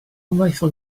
wnaethon